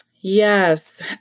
Yes